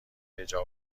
بجا